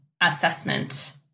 assessment